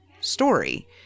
story